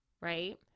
right